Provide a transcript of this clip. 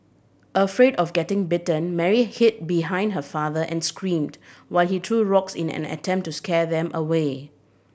afraid of getting bitten Mary hid behind her father and screamed while he threw rocks in an attempt to scare them away